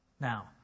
Now